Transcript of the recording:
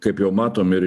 kaip jau matom ir